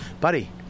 Buddy